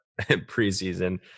preseason